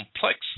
complex